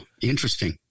interesting